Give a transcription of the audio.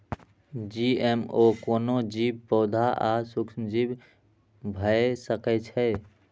GMO कोनो जीव, पौधा आ सूक्ष्मजीव भए सकै छै